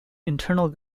internal